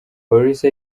polisi